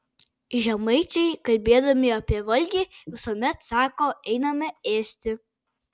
žemaičiai kalbėdami apie valgį visuomet sako einame ėsti